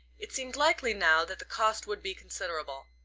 it seemed likely now that the cost would be considerable.